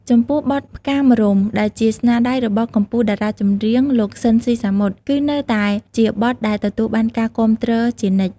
ចំពោះបទ "ផ្កាម្រុំ" ដែលជាស្នាដៃរបស់កំពូលតារាចម្រៀង លោក ស៊ីន ស៊ីសាមុត គឺនៅតែជាបទដែលទទួលបានការគាំទ្រជានិច្ច។